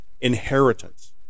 inheritance